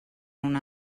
una